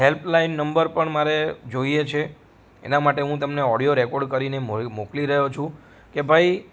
helpline number પણ મારે જોઈએ છે એના માટે હું તમને ઓડિયો રેકોર્ડ કરીને મોકલી રહ્યો છું કે ભાઈ